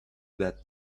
that